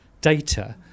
data